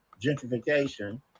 gentrification